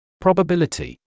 Probability